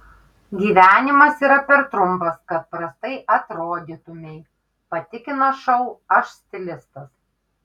gyvenimas yra per trumpas kad prastai atrodytumei patikina šou aš stilistas